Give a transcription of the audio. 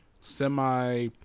semi